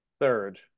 Third